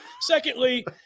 Secondly